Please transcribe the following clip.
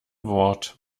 wort